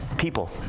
people